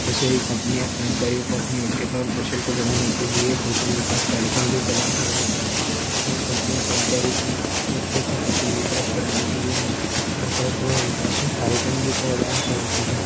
वैसे ही कम्पनियाँ कर्मचारियों को अपनी योग्यता और कौशल को बढ़ाने के लिए कौशल विकास कार्यक्रम भी प्रदान करवाती है ये कम्पनियाँ कर्मचारियों को नेतृत्व कौशल विकास करने के लिए नेतृत्व विकास और कार्यक्रम भी प्रदान करवाती है